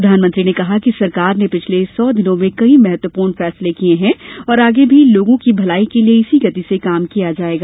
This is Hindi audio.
प्रधानमंत्री ने कहा कि सरकार ने पिछल सौ दिनों में कई महत्वपूर्ण फैसले लिये हैं और आगे भी लोगों की भलाई के लिए इसी गति से काम किया जाएगा